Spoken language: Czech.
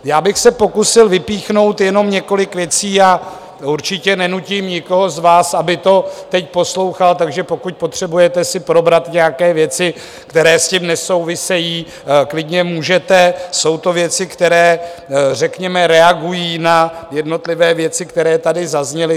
Já bych se pokusil vypíchnout jenom několik věcí a určitě nenutím nikoho z vás, aby to teď poslouchal, takže pokud potřebujete si probrat nějaké věci, které s tím nesouvisejí, klidně můžete, jsou to věci, které, řekněme, reagují na jednotlivé věci, které tady zazněly.